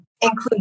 include